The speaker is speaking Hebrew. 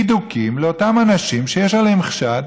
בידוקים לאותם אנשים שיש חשד